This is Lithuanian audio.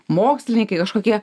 mokslininkai kažkokie